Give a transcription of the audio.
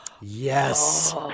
Yes